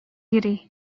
йөри